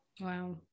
Wow